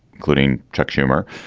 including chuck schumer,